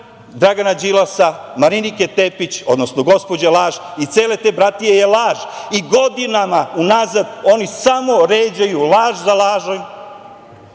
Dragana Đilasa, Marinike Tepić, odnosno gospođe laž i cele te bratije je laž i godinama unazad oni samo ređaju laž za lažom.